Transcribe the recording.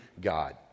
God